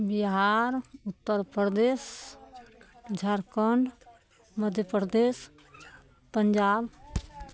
Bihar Uttar Pradesh Jharkhand Madhya Pradesh Punjab